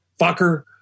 fucker